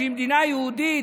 שהיא מדינה יהודית,